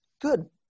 good